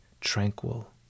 tranquil